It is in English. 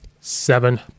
seven